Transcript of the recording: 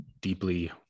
deeply